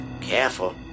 Careful